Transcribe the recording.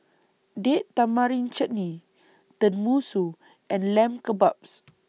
Date Tamarind Chutney Tenmusu and Lamb Kebabs